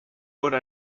wurde